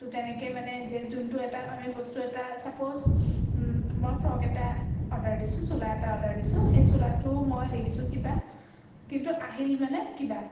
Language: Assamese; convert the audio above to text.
তো তেনেকৈয়ে মানে যে যোনটো এটা আমি বস্তু এটা ছাপ'জ মই ফ্ৰক এটা অৰ্ডাৰ দিছোঁ চোলা এটা অৰ্ডাৰ দিছোঁ সেই চোলাটো মই দেখিছোঁ কিবা কিন্তু আহিল মানে কিবা